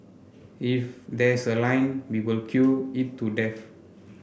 if there's a line we will queue it to death